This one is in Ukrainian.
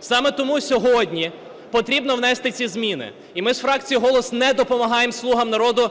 Саме тому сьогодні потрібно внести ці зміни. І ми з фракцією "Голос" не допомагаємо "Слугам народу"